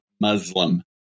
Muslim